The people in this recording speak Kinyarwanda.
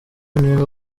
nibwo